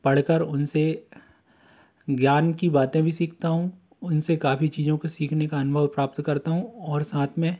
पढ़ कर उन से ज्ञान की बातें भी सीखता हूँ उन से काफ़ी चीज़ों को सीखने का अनुभव प्राप्त करता हूँ और साथ में